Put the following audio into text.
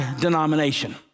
denomination